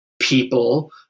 people